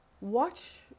watch